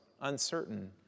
Uncertain